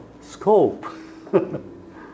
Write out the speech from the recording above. scope